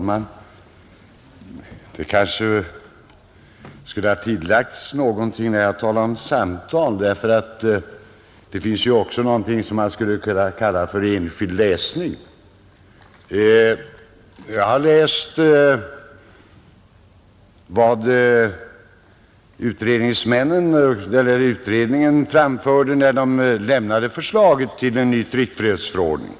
Herr talman! Jag kanske skulle ha tillagt någonting när jag talade om samtal. Det finns också något som man skulle kunna kalla enskild läsning. Jag har läst vad utredningen framförde när den lämnade förslaget till en ny tryckfrihetsförordning.